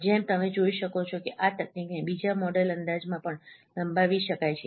જેમ તમે જોઈ શકો છો કે આ તકનીકને બીજા મોડેલ અંદાજમાં પણ લંબાવી શકાય છે